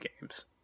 games